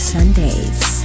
Sundays